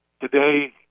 today